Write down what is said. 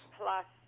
plus